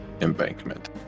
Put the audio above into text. embankment